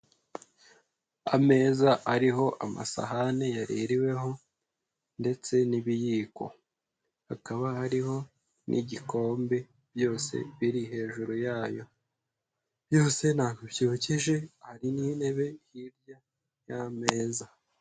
Ameza ariho amasahane yaririweho ndetse n'ibiyiko, hakaba hariho n'igikombe, byose biri hejuru yayo, byose ntabwo byogeje hari n'intebe hirya y'ameza.